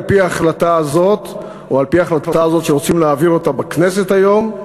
על-פי ההחלטה הזאת שרוצים להעביר בכנסת היום,